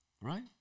Right